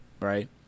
Right